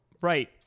right